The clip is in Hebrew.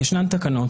יש תקנות,